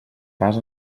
pas